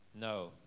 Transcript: No